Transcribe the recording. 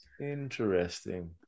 Interesting